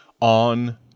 on